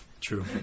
True